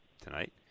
tonight